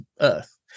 earth